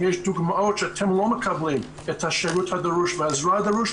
אם יש דוגמאות שאתן לא מקבלות את השירות והעזרה הדרושה,